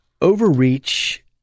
overreach